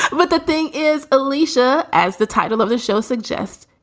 but the thing is, alicia, as the title of this show suggests,